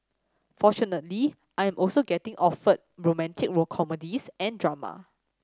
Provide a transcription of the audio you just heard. fortunately I am also getting offered romantic comedies and drama